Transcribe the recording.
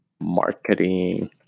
marketing